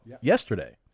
yesterday